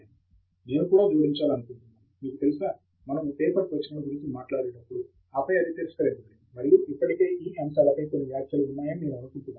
professor Pratap Haridas నేను కూడా జోడించాలనుకుంటున్నాను మీకు తెలుసా మనము పేపర్ ప్రచురణ గురించి మాట్లాడేటప్పుడు ఆపై అది తిరస్కరించబడింది మరియు ఇప్పటికే ఈ అంశాలపై కొన్ని వ్యాఖ్యలు ఉన్నాయని నేను అనుకుంటున్నాను